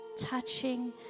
Touching